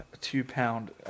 two-pound